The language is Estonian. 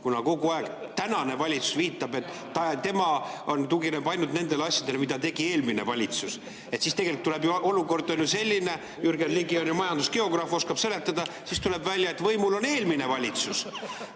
kuna kogu aeg tänane valitsus viitab, et tema tugineb ainult nendele asjadele, mida tegi eelmine valitsus? Siis tegelikult olukord on ju selline – Jürgen Ligi on ju majandusgeograaf, oskab seletada –, siis tuleb välja, et võimul on eelmine valitsus